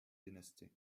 dynasty